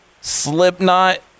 Slipknot